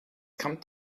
kommt